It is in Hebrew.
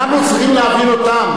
אנחנו צריכים להבין אותם.